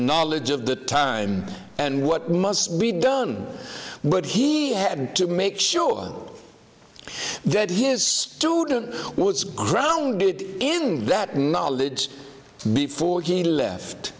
knowledge of the time and what must be done but he had to make sure that his student was grounded in that knowledge before he left